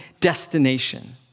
destination